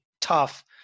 tough